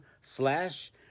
slash